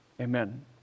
Amen